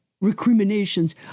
recriminations